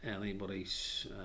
anybody's